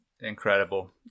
incredible